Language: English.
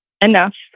enough